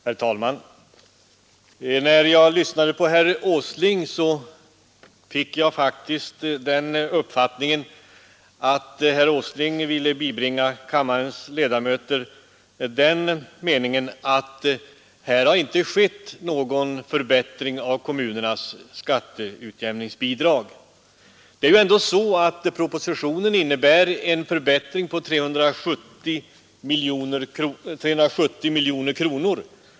Herr talman! När jag lyssnade på herr Åsling fick jag faktiskt det intrycket att han ville inge kammarens ledamöter den uppfattningen att det inte skett någon förbättring av kommunernas skatteutjämningsbidrag. Propositionen innebär ändå en ökning av anslaget med 370 miljoner kronor.